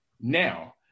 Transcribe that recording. now